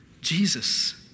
Jesus